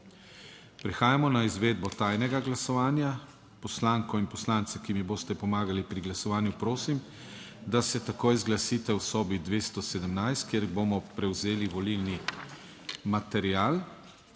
Prehajamo na izvedbo tajnega glasovanja. Poslanko in poslance, ki mi boste pomagali pri glasovanju prosim, da se takoj zglasite v sobi 217, kjer bomo prevzeli volilni material.